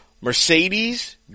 mercedes